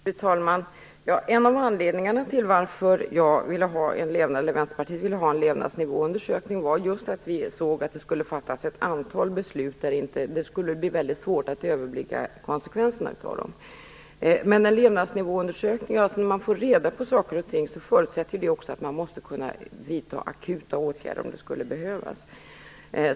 Fru talman! En av anledningarna till att Vänsterpartiet ville ha en levnadsnivåundersökning var just att vi såg att det skulle fattas ett antal beslut som det skulle bli väldigt svårt att överblicka konsekvenserna av. Men när man får reda på saker och ting förutsätter vi också att man måste kunna vidta akuta åtgärder om det skulle behövas.